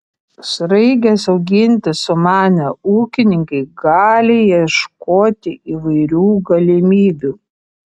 sraiges auginti sumanę ūkininkai gali ieškoti įvairių galimybių